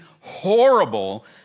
horrible